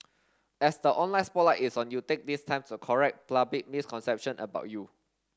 as the online spotlight is on you take this time to correct misconception about you